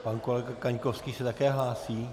Pan kolega Kaňkovský se také hlásí?